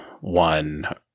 one